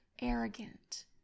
arrogant